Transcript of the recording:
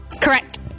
Correct